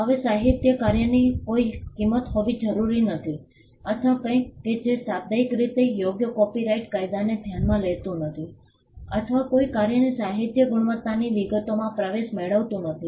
હવે સાહિત્યિક કાર્યની કોઈ કિંમત હોવી જરૂરી નથી અથવા કંઈક કે જે શાબ્દિક રીતે યોગ્ય કોપિરાઇટ કાયદાને ધ્યાનમાં લેતું નથી અથવા કોઈ કાર્યની સાહિત્યિક ગુણવત્તાની વિગતોમાં પ્રવેશ મેળવતું નથી